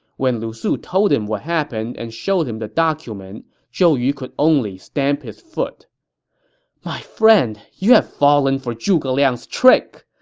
when lu su told him what happened and showed him the document, zhou yu could only stamp his foot my friend, you have fallen for zhuge liang's trick!